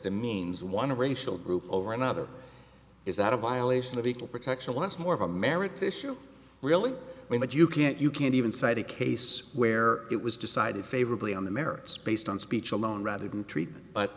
the means one racial group over another is not a violation of equal protection law it's more of a merit issue really mean that you can't you can't even cite a case where it was decided favorably on the merits based on speech alone rather than treatment but